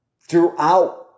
throughout